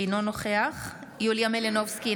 אינו נוכח יוליה מלינובסקי,